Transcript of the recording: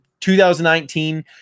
2019